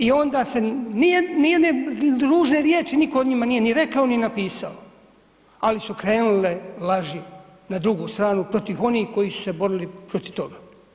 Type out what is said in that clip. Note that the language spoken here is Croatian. I onda se nije nijedne ružne riječi nitko o njima nije ni rekao ni napisao, ali su krenule laži na drugu stranu protiv onih koji su se borili protiv toga.